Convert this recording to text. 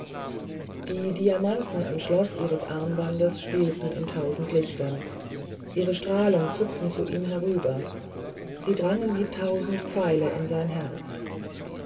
die diamanten am schlosse ihres armbandes spielten in tausend lichtern ihre strahlen zuckten zu ihm herüber sie drangen wie tausend pfeile in sein herz